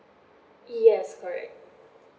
yes correct